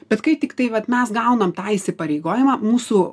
bet kai tiktai vat mes gaunam tą įsipareigojimą mūsų